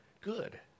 good